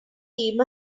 team